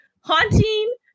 haunting